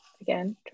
Again